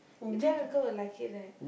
Jack uncle will like it right